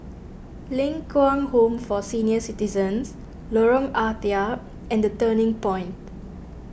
Ling Kwang Home for Senior Citizens Lorong Ah Thia and the Turning Point